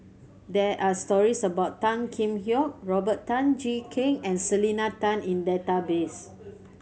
there are stories about Tan Kheam Hock Robert Tan Jee Keng and Selena Tan in database